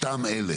אותם אלה,